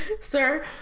Sir